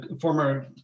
former